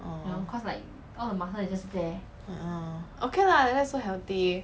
orh okay lah like that so healthy